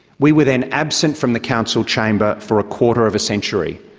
we were then absent from the council chamber for a quarter of a century.